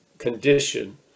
condition